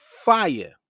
Fire